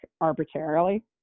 arbitrarily